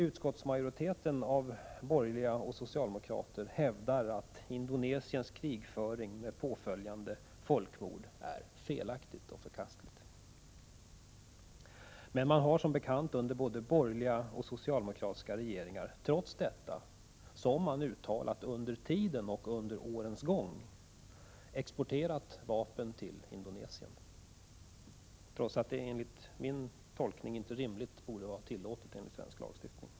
Utskottsmajoriteten, bestående av borgerliga och socialdemokrater, hävdar att Indonesiens krigföring med påföljande folkmord är felaktig och förkastlig. Som bekant har man under både borgerliga och socialdemokratiska regeringar, trots detta, exporterat vapen till Indonesien — och trots att det enligt min tolkning inte rimligtvis borde vara tillåtet enligt svensk lagstiftning.